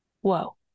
Whoa